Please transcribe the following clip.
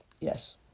Yes